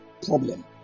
problem